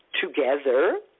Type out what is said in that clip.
Together